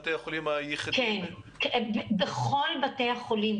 כן, בכל בתי החולים.